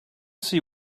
see